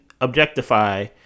objectify